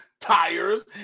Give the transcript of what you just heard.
tires